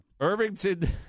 Irvington